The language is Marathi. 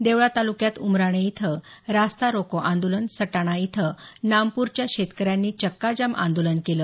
देवळा तालुक्यात उमराणे इथं रास्ता रोको आंदोलन सटाणा इथं नामपूरच्या शेतकऱ्यांनी चक्काजाम आंदोलन केलं